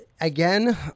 again